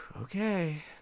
Okay